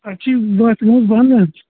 اَسہِ چھِی باہ کِلوٗ باہ نا